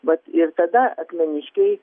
vat ir tada akmeniškiai